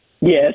Yes